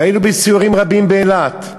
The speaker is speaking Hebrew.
והיינו בסיורים רבים באילת.